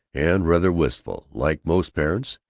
and rather wistful. like most parents,